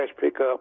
pickup